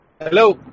Hello